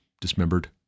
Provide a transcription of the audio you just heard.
dismembered